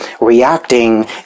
reacting